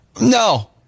No